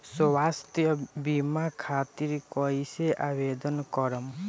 स्वास्थ्य बीमा खातिर कईसे आवेदन करम?